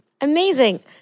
Amazing